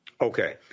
Okay